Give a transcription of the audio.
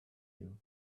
you